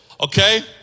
Okay